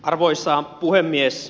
arvoisa puhemies